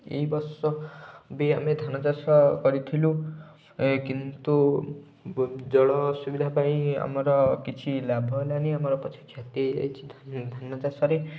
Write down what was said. ଏହି ବର୍ଷ ବି ଆମେ ଧାନ ଚାଷ କରିଥିଲୁ କିନ୍ତୁ ଜଳ ଅସୁବିଧା ପାଇଁ ଆମର କିଛି ଲାଭ ହେଲାନି ଆମର ପଛେ କ୍ଷତି ହେଇଯାଇଛି ଧାନ ଚାଷରେ